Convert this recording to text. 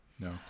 No